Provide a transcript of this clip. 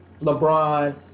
LeBron